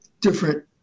different